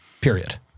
Period